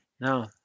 No